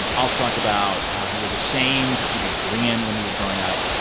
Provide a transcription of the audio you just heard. also talked about how he was ashamed to be korean when he was growing up.